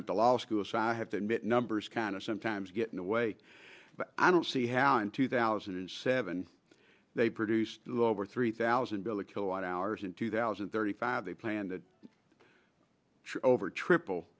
went to law school so i have to admit numbers kind of sometimes get in the way but i don't see how in two thousand and seven they produced over three thousand bill a kilowatt hours in two thousand and thirty five they plan to over triple